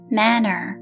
manner